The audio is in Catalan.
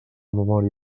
memòria